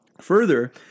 Further